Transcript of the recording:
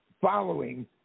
following